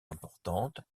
importante